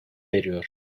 veriyor